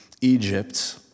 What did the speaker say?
Egypt